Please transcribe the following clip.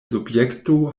subjekto